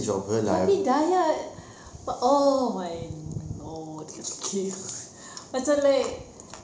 tapi dayah but oh my lord macam like